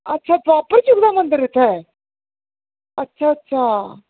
अच्छा अच्छा नरसिंह दा मंदर ऐ इत्थै अच्छा अच्छा